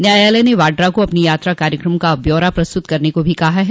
न्यायालय ने वाड्रा को अपने यात्रा कार्यक्रम का ब्यौरा प्रस्तुत करने को भी कहा है